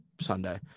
Sunday